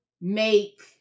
make